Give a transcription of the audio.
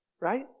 Right